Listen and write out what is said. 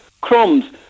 Crumbs